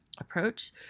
approach